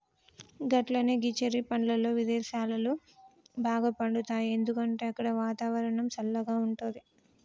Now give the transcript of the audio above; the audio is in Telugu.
గట్లనే ఈ చెర్రి పండ్లు విదేసాలలో బాగా పండుతాయి ఎందుకంటే అక్కడ వాతావరణం సల్లగా ఉంటది